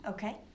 Okay